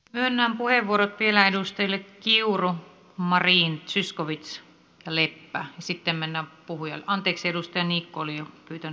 myönnän puheenvuorot vielä edustajille kiuru marin zyskowicz ja leppä ja edustaja niikko oli pyytänyt aiemmin